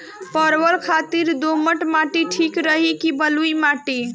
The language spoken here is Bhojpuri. परवल खातिर दोमट माटी ठीक रही कि बलुआ माटी?